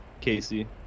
Casey